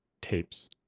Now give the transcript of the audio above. tapes